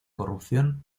corrupción